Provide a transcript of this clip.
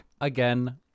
Again